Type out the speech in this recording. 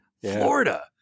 Florida